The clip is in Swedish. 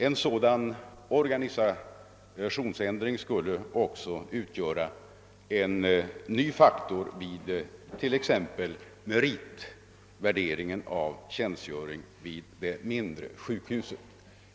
En sådan organisationsändring skulle också utgöra en ny faktor vid t.ex. meritvärderingen av tjänstgöringen vid det mindre sjukhuset.